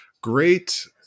Great